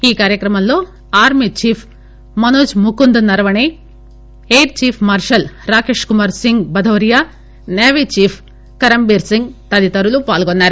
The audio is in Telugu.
ఈ కార్యక్రమంలో army chief Manoj Mukund Naravane air chief marshal Rakesh Kumar Singh Bhadauria navy chief Karambir Singh తదితరులు పాల్గొన్నారు